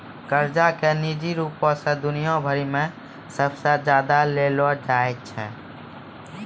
कर्जा के निजी रूपो से दुनिया भरि मे सबसे ज्यादा लेलो जाय छै